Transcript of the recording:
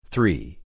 Three